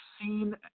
seen –